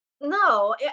No